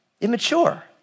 immature